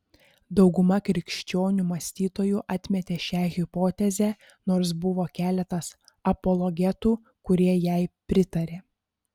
dauguma krikščionių mąstytojų atmetė šią hipotezę nors buvo keletas apologetų kurie jai pritarė